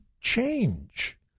change